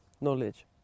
knowledge